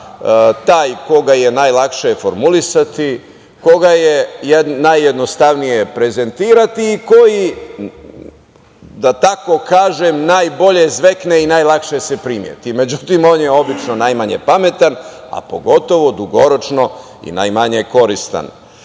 taj koga je najlakše formulisati, koga je najjednostavnije prezentovati i koji, da tako kažem, najbolje zvekne i najlakše se primeti. Međutim, on je obično najmanje pametan, a pogotovo dugoročno i najmanje koristan. Naravno